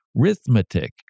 arithmetic